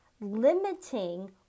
limiting